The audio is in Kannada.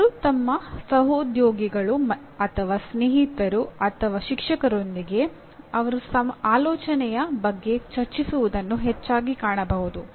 ಅವರು ತಮ್ಮ ಸಹೋದ್ಯೋಗಿಗಳು ಅವರ ಸ್ನೇಹಿತರು ಅಥವಾ ಶಿಕ್ಷಕರೊಂದಿಗೆ ಅವರ ಆಲೋಚನೆಯ ಬಗ್ಗೆ ಚರ್ಚಿಸುವುದನ್ನು ಹೆಚ್ಚಾಗಿ ಕಾಣಬಹುದು